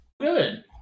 Good